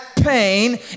pain